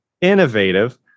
innovative